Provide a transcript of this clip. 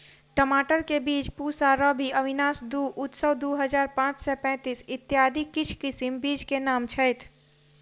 टमाटर केँ बीज पूसा रूबी, अविनाश दु, उत्सव दु हजार पांच सै पैतीस, इत्यादि किछ किसिम बीज केँ नाम छैथ?